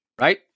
right